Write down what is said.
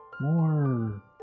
more